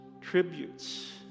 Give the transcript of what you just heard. tributes